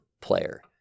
player